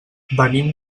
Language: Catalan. venim